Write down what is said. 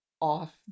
off